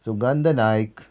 सुगंध नायक